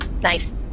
Nice